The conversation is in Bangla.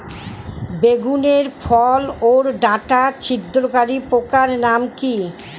বেগুনের ফল ওর ডাটা ছিদ্রকারী পোকার নাম কি?